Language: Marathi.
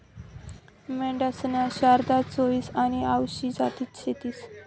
मेंढ्यासन्या शारदा, चोईस आनी आवसी जाती शेतीस